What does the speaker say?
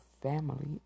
family